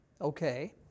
Okay